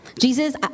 Jesus